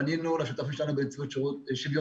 פנינו לשותפים שלנו בנציבות שוויון